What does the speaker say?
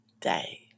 day